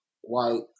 white